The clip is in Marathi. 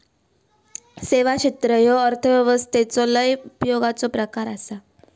सेवा क्षेत्र ह्यो अर्थव्यवस्थेचो लय उपयोगाचो प्रकार आसा